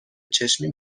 چشمی